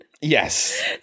yes